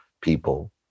people